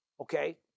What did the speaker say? Okay